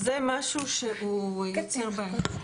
זה משהו שהוא קצת בעייתי.